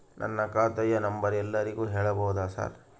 ನನ್ನ ಖಾತೆಯ ನಂಬರ್ ಎಲ್ಲರಿಗೂ ಹೇಳಬಹುದಾ ಸರ್?